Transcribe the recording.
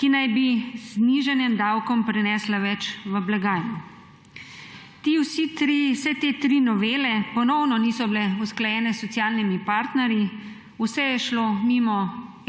ki naj bi z znižanjem davkov prinesle več v blagajno. Vse te tri novele ponovno niso bile usklajene s socialnimi partnerji, vse je šlo mimo